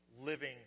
living